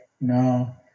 No